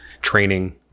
training